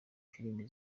filime